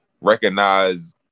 recognize